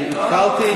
כי התחלתי,